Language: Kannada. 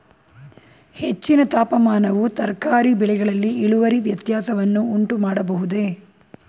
ಹೆಚ್ಚಿನ ತಾಪಮಾನವು ತರಕಾರಿ ಬೆಳೆಗಳಲ್ಲಿ ಇಳುವರಿ ವ್ಯತ್ಯಾಸವನ್ನು ಉಂಟುಮಾಡಬಹುದೇ?